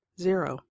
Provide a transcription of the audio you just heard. zero